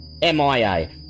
MIA